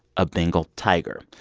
a bengal tiger.